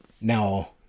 Now